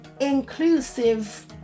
inclusive